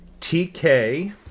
TK